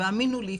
והאמינו לי,